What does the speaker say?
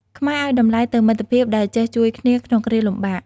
ខ្មែរឱ្យតម្លៃទៅមិត្តភាពដែលចេះជួយគ្នាក្នុងគ្រាលំបាក។